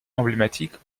emblématiques